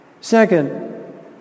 Second